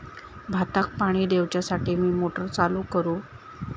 भाताक पाणी दिवच्यासाठी मी मोटर चालू करू?